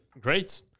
great